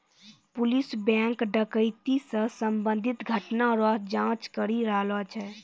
police bank डकैती से संबंधित घटना रो जांच करी रहलो छै